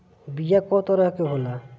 बीया कव तरह क होला?